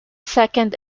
second